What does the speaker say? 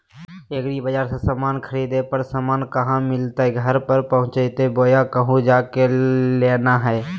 एग्रीबाजार से समान खरीदे पर समान कहा मिलतैय घर पर पहुँचतई बोया कहु जा के लेना है?